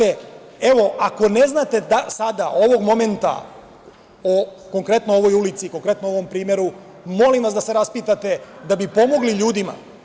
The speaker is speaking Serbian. Evo, ako ne znate sada, ovog momenta, o konkretno ovoj ulici i konkretnom primeru, molim vas da se raspitate, da bi pomogli ljudima.